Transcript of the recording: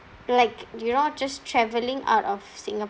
like you know just travelling out of singapore